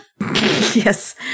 Yes